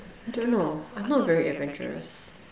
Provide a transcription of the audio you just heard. I don't know I'm not very adventurous